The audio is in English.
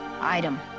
Item